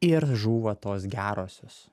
ir žūva tos gerosios